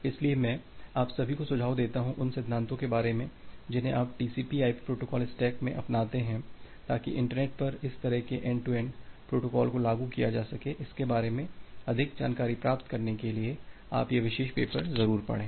इसलिए मैं आप सभी को सुझाव देता हूं उन सिद्धांतों के बारे में जिन्हें आप टीसीपी आईपी प्रोटोकॉल स्टैक में अपनाते हैं ताकि इंटरनेट पर इस तरह के एंड टू एंड प्रोटोकॉल को लागू किया जा सके इसके बारे में अधिक जानकारी प्राप्त करने के लिए आप यह विशेष पेपर जरुर पढ़े